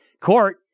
court